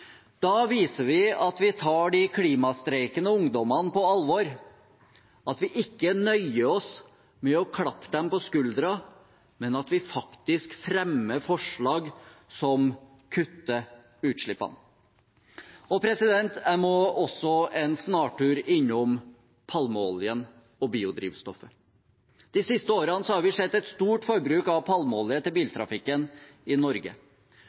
Da viser vi at vi tar de klimastreikende ungdommene på alvor, at vi ikke nøyer oss med å klappe dem på skuldrene, men at vi faktisk fremmer forslag som kutter utslippene. Jeg må også en snartur innom palmeoljen og biodrivstoffet. De siste årene har vi sett et stort forbruk av palmeolje til biltrafikken i Norge.